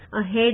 ahead